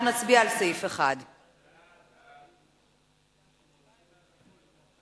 אנחנו נצביע על סעיף 1. סעיף 1 נתקבל.